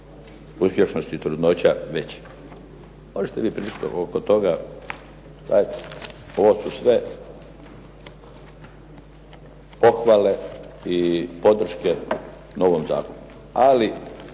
uspješnosti trudnoća veći. Možete vi pričati oko toga. Ovo su sve pohvale i podrške novom zakonu.